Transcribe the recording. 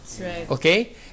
Okay